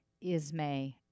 Ismay